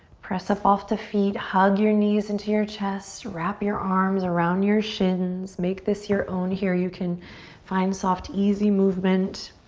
press up off the feet, hug your knees into your chest, wrap your arms around your shins. make this your own here. you can find soft, easy movement.